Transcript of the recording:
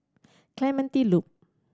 Clementi Loop